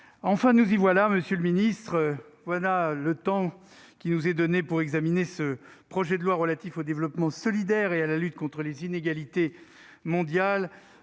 Enfin, nous y voilà, monsieur le ministre ! Du temps nous a été donné pour examiner ce projet de loi relatif au développement solidaire et à la lutte contre les inégalités mondiales,